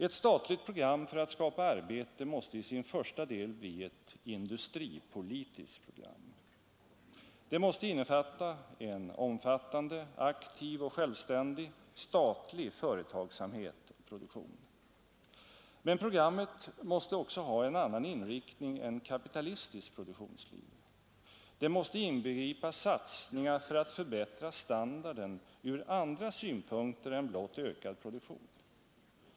Ett statlig program för att skapa arbete måste i sin första del bli ett industripolitiskt program. Det måste innefatta en omfattande, aktiv och självständig statlig företagsamhet och produktion. Men programmet måste också ha en annan inriktning än kapitalistiskt produktionsliv. Det måste inbegripa satsningar för att förbättra ståndarden från andra synpunkter än blott ökad produktion.